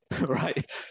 right